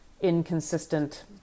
inconsistent